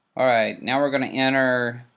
all right, now we're going to enter